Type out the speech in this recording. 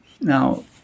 Now